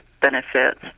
benefits